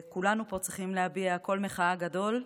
כולנו פה צריכים להביע קול מחאה גדול,